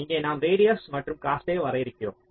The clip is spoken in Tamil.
இங்கே நாம் ரேடியஸ் மற்றும் காஸ்ட்டை வரையறுக்கிறோம்